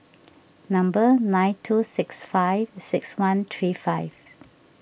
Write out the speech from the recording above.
number nine two six five six one three five